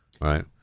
Right